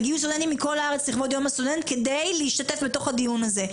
הגיעו סטודנטים מכל הארץ לכבוד יום הסטודנט כדי להשתתף בדיון הזה,